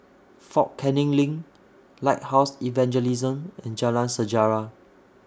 Fort Canning LINK Lighthouse Evangelism and Jalan Sejarah